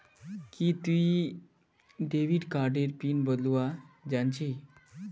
कि ती डेविड कार्डेर पिन बदलवा जानछी